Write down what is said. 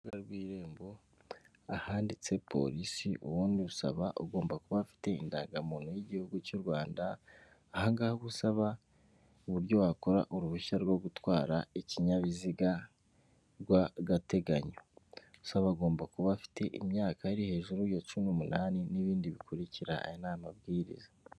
Urubuga rw'irembo ahanditse polisi ubundi usaba ugomba kuba afite indangamuntu y'igihugu cy'u rwanda ahaga uba usaba uburyo wakora uruhushya rwo gutwara ikinyabiziga rw'agateganyo usaba agomba kuba afite imyaka iri hejuru ya cumi n'umunani n'ibindi bikurikira aya ni amabwiriza.